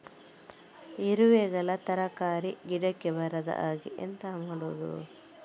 ಇರುವೆಗಳು ತರಕಾರಿ ಗಿಡಕ್ಕೆ ಬರದ ಹಾಗೆ ಎಂತ ಮಾಡುದು?